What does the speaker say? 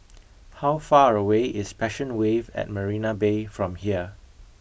how far away is Passion Wave at Marina Bay from here